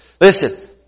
Listen